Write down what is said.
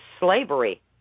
slavery